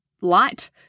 light